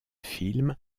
films